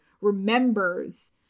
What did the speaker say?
remembers